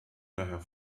daher